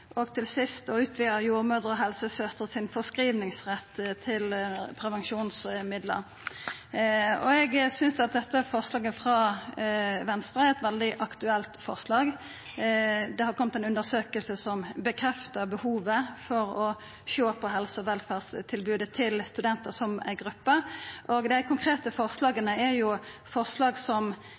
og til sist har dei foreslått å utvida jordmødrer og helsesøstrer sin foreskrivingsrett til prevensjonsmiddel. Eg synest at dette forslaget frå Venstre er eit veldig aktuelt forslag. Det har kome ei undersøking som bekreftar behovet for å sjå på helse- og velferdstilbodet til studentar som ei gruppe. Dei konkrete forslaga er forslag som